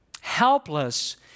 helpless